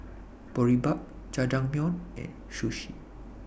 Boribap Jajangmyeon and Sushi